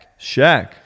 Shaq